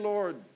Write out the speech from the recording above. Lord